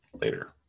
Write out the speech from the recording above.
later